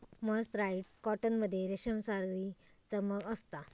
mercerised cotton मध्ये रेशमसारी चमक असता